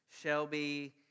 Shelby